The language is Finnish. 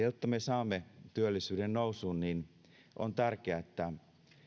jotta me saamme työllisyyden nousuun on tärkeää että